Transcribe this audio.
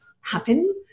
happen